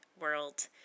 world